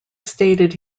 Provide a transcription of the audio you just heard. stated